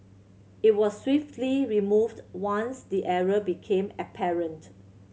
it was swiftly removed once the error became apparent